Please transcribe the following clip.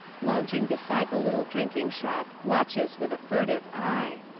lounging beside the little drink ing shop, watches with a furtive eye.